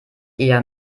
eher